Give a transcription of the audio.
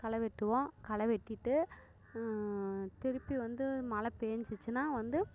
களை வெட்டுவோம் களை வெட்டிட்டு திருப்பி வந்து மழை பெஞ்சிச்சின்னா வந்து